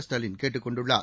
ஸ்டாலின் கேட்டுக் கொண்டுள்ளார்